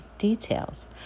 details